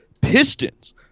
Pistons